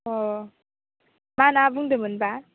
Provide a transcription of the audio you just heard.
अ मा ना बुंदोमोनबा